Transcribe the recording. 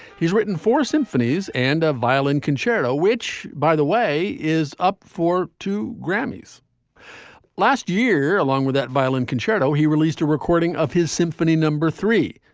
he's written four symphonies and a violin concerto, which, by the way, is up for two grammys last year, along with that violin concerto. he released a recording of his symphony number three,